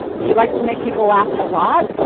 she likes to make people laugh alot.